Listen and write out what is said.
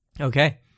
Okay